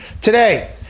today